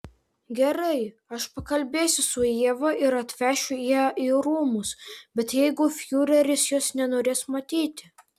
gerai aš pakalbėsiu su ieva ir atvešiu ją į rūmus bet jeigu fiureris jos nenorės matyti